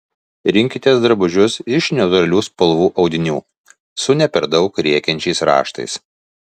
rinkitės drabužius iš neutralių spalvų audinių su ne per daug rėkiančiais raštais